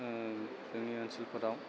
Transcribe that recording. जोंनि ओनसोलफोराव